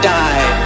die